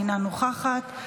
אינה נוכחת,